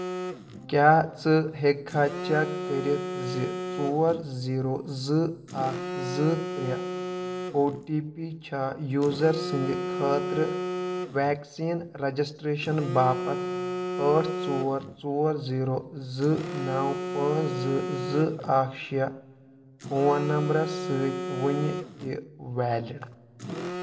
کیٛاہ ژٕ ہیٚککھا چیٚک کٔرِتھ زِ ژور زیٖرو زٕ اکھ زٕ ترٛے او ٹی پی چھا یوزر سٕنٛدِ خٲطرٕ ویکسین رجسٹریشن باپتھ ٲٹھ ژور ژور زیٖرو زٕ نَو پانٛژھ زٕ زٕ اکھ شیٚے فون نمبرَس سۭتۍ وُنہِ تہِ ویلِڑ